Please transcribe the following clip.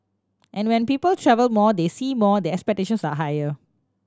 and when people travel more they see more their expectations are higher